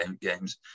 games